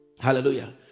hallelujah